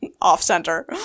off-center